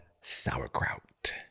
sauerkraut